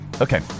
Okay